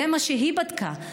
זה מה שהיא בדקה.